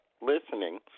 listening